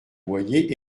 boyer